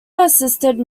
assisted